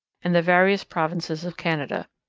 and the various provinces of canada.